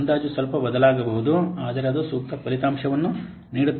ಅಂದಾಜು ಸ್ವಲ್ಪ ಬದಲಾಗಬಹುದು ಆದರೆ ಅದು ಸೂಕ್ತ ಫಲಿತಾಂಶವನ್ನು ನೀಡುತ್ತದೆ